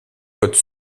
côte